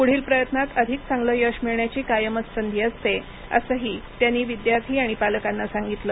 पुढील प्रयत्नात अधिक चांगलं यश मिळण्याची कायमच संधी असते असंही त्यांनी विद्यार्थी आणि पालकांना सांगितलं